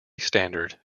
standard